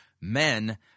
men